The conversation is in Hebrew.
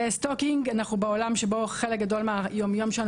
Stalking אנחנו בעולם שבו חלק גדול מהיומיום שלנו